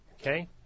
okay